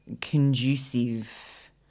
conducive